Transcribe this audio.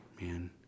man